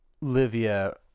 Livia